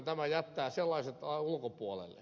tämä jättää sellaiset ulkopuolelle